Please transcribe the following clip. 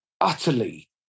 utterly